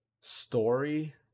story